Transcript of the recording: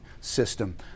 system